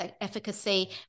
efficacy